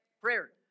Prayer